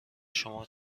شما